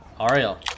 Ariel